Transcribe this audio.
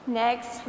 next